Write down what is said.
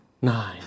Nine